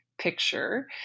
picture